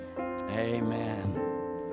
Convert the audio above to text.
Amen